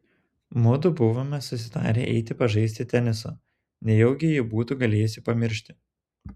mudu buvome susitarę eiti pažaisti teniso nejaugi ji būtų galėjusi pamiršti